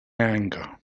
anger